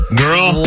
girl